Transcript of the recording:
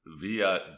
via